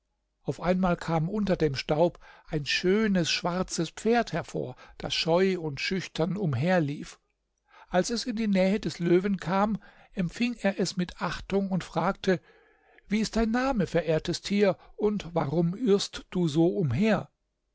auf einmal kam unter dem staub ein schönes schwarzes pferd hervor das scheu und schüchtern umherlief als es in die nähe des löwen kam empfing er es mit achtung und fragte wie ist dein name verehrtes tier und warum irrst du so umher